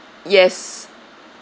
yes